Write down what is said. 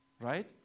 right